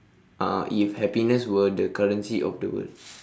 a'ah if happiness were the currency of the world